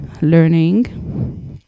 learning